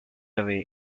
away